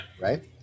right